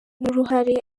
n’uruhare